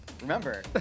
Remember